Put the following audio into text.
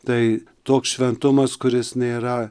tai toks šventumas kuris nėra